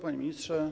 Panie Ministrze!